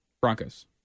Broncos